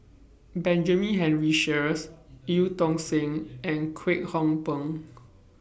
Benjamin Henry Sheares EU Tong Sen and Kwek Hong Png